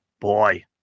Boy